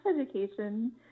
education